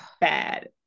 bad